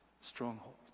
stronghold